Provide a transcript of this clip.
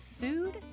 food